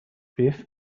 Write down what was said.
بیف